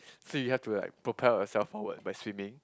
so you have to like propel yourself forward by swimming